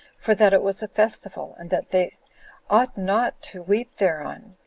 for that it was a festival, and that they ought not to weep thereon,